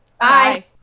bye